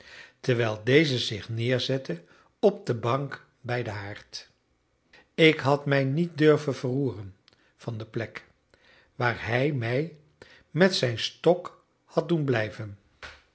terwijl deze zich neerzette op de bank bij den haard ik had mij niet durven verroeren van de plek waar hij mij met zijn stok had doen blijven